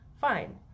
fine